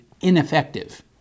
ineffective